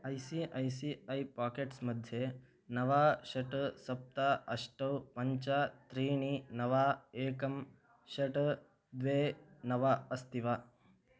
I C A C A packets मध्ये नव षट् सप्त अष्ट पञ्च त्रीणि नव एकं षट् द्वे नव अस्ति वा